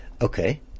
Okay